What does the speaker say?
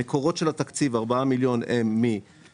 המקורות של התקציב ארבעה מיליון הם מתוספת